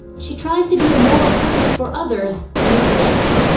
she tries to be a moral compass for others, no thanks.